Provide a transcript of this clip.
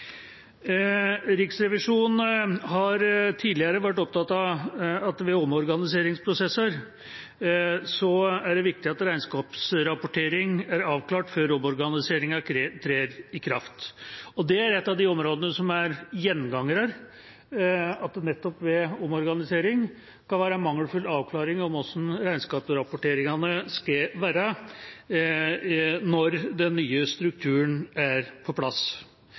Riksrevisjonen har tidligere vært opptatt av at ved omorganiseringsprosesser er det viktig at regnskapsrapportering er avklart før omorganiseringer trer i kraft. Det er et av de områdene som er gjengangere, at det nettopp ved omorganisering kan være mangelfull avklaring av hvordan regnskapsrapporteringene skal være når den nye strukturen er på plass.